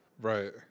Right